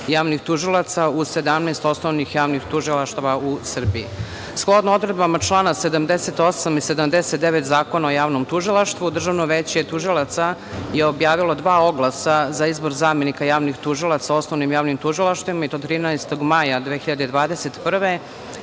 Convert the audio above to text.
javnih tužilaca u 17 osnovnih javnih tužilaštava u Srbiji. Shodno odredbama člana 78. i 79. Zakona o javnom tužilaštvu, Državno veće tužilaca je objavilo dva oglasa za izbor zamenika javnih tužilaca u osnovnim javnim tužilaštvima i to 13. maja 2021.